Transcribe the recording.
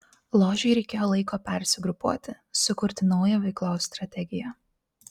ložei reikėjo laiko persigrupuoti sukurti naują veiklos strategiją